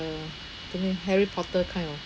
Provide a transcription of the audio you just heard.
uh harry potter kind of